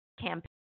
campaign